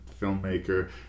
filmmaker